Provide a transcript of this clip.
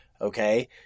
Okay